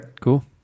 cool